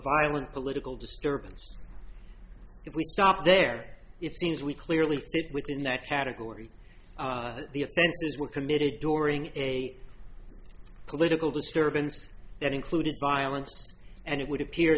violent political disturbance if we stop there it seems we clearly within that category were committed during a political disturbance that included violence and it would appear